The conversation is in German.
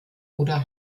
oder